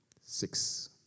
six